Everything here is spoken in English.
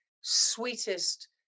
sweetest